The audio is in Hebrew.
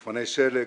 מפני שלג